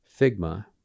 Figma